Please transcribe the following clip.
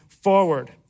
forward